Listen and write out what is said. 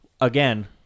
Again